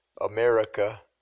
America